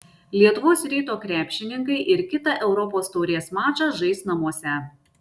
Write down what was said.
lietuvos ryto krepšininkai ir kitą europos taurės mačą žais namuose